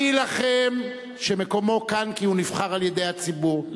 אני אלחם שמקומו כאן, כי הוא נבחר על-ידי הציבור.